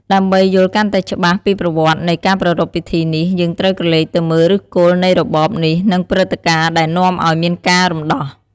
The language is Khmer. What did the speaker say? ដើម្បីយល់កាន់តែច្បាស់ពីប្រវត្តិនៃការប្រារព្ធពិធីនេះ យើងត្រូវក្រឡេកទៅមើលឫសគល់នៃរបបនេះ និងព្រឹត្តិការណ៍ដែលនាំឲ្យមានការរំដោះ។